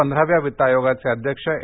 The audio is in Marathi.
पंधराव्या वित्त आयोगाचे अध्यक्ष त्रे